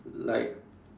like